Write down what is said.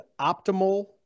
optimal